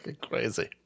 crazy